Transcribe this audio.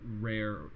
rare